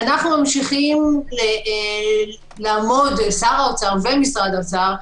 אנחנו ממשיכים לעמוד משרד האוצר ושר האוצר,